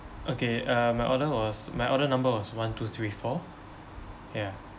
okay uh my order was my order number was one two three four ya